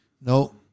No